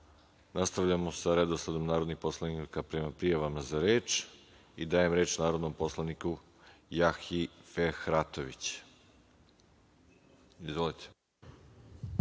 nastavljamo sa redosledom narodnih poslanika prema prijavama za reč. Dajem reč narodnom poslaniku Jahji Fehratović. Izvolite.